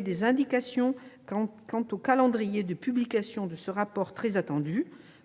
des indications quant au calendrier de publication de ce rapport très attendu ?